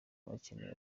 bakeneye